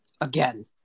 again